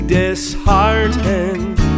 disheartened